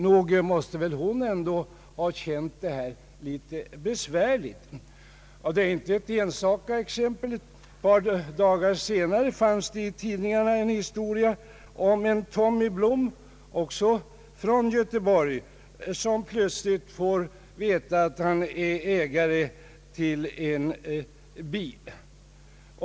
Nog måste hon ha känt det litet besvärligt. Det är inte ett enstaka exempel. Ett par dagar senare kunde man i tidningarna läsa om Tommy Blom, också från Göteborg, som plötsligt får veta att han är ägare till en bil.